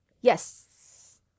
Yes